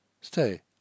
Stay